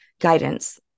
guidance